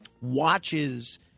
watches